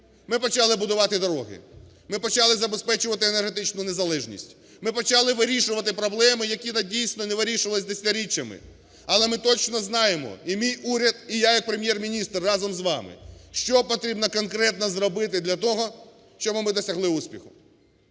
Ми почали будувати дороги, ми почали забезпечувати енергетичну незалежність, ми почали вирішувати проблеми, які, дійсно, не вирішувались десятиріччями. Але ми точно знаємо, і мій уряд, і я, як Прем'єр-міністр, разом з вами, що потрібно конкретно зробити для того, щоби ми досягли успіху.